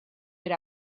per